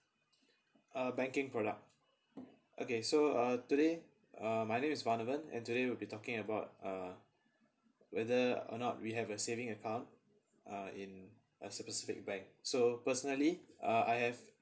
a banking product okay so uh today uh my name is vonavan and today we'll be talking about uh whether or not we have a saving account uh in a specific bank so personally uh I have